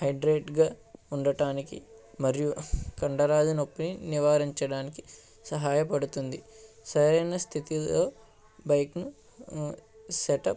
హైడ్రేట్గా ఉండటానికి మరియు కండరాల నొప్పి నివారించడానికి సహాయపడుతుంది సరైన స్థితిలో బైకింగ్ సెటప్